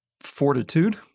fortitude